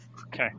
Okay